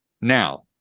now